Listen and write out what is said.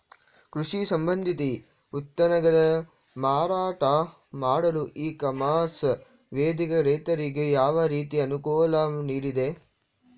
ಕೃಷಿ ಸಂಬಂಧಿತ ಉತ್ಪನ್ನಗಳ ಮಾರಾಟ ಮಾಡಲು ಇ ಕಾಮರ್ಸ್ ವೇದಿಕೆ ರೈತರಿಗೆ ಯಾವ ರೀತಿ ಅನುಕೂಲ ನೀಡಿದೆ?